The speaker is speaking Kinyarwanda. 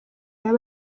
yaba